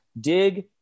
Dig